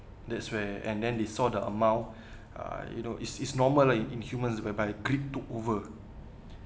that's where and then they saw the amount uh you know it's it's normal lah in in humans whereby greed took over